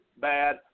bad